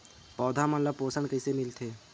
पौधा मन ला पोषण कइसे मिलथे?